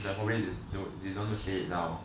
it's probably they don't they don't want to say it now